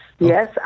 Yes